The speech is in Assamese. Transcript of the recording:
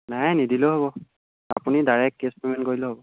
নাই নিদিলেও হ'ব আপুনি ডাইৰেক্ট কেছ পে'মেণ্ট কৰিলেও হ'ব